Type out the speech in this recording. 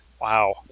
Wow